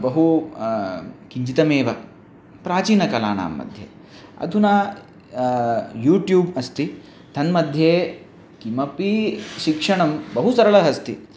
बहु किञ्चितमेव प्राचीनकलानाम्मध्ये अधुना यूट्यूब् अस्ति तन्मध्ये किमपि शिक्षणं बहु सरलम् अस्ति